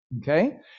Okay